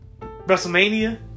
WrestleMania